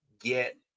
get